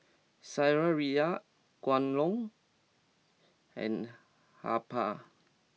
Saizeriya Kwan Loong and Habhal